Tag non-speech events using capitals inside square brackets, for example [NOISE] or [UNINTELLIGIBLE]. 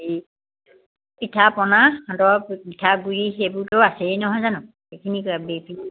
এই পিঠা পনা সান্দহ পিঠা গুড়ি সেইবোৰতো আছেই নহয় জানো সেইখিনি [UNINTELLIGIBLE]